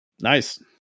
Nice